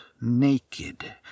naked